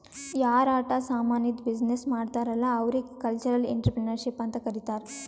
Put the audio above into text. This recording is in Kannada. ಯಾರ್ ಆಟ ಸಾಮಾನಿದ್ದು ಬಿಸಿನ್ನೆಸ್ ಮಾಡ್ತಾರ್ ಅಲ್ಲಾ ಅವ್ರಿಗ ಕಲ್ಚರಲ್ ಇಂಟ್ರಪ್ರಿನರ್ಶಿಪ್ ಅಂತ್ ಕರಿತಾರ್